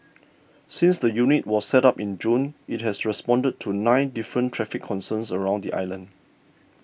since the unit was set up in June it has responded to nine different traffic concerns around the island